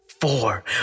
Four